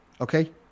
Okay